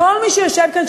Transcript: לכל מי שיושב כאן,